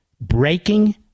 breaking